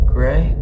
Gray